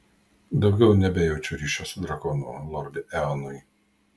daugiau nebejaučiu ryšio su drakonu lorde eonai